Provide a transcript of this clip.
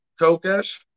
Kokesh